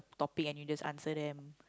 topic and you just answer them